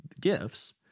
gifts